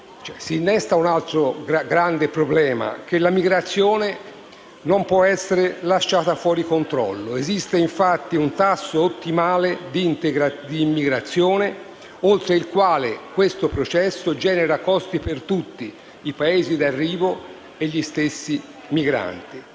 si innesta un altro grande problema, quello che la migrazione non può essere lasciata fuori controllo. Esiste, infatti, un tasso ottimale di immigrazione, oltre il quale questo processo genera costi per tutti: per i Paesi d'arrivo e per gli stessi migranti.